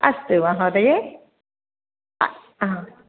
अस्तु महोदये